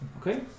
okay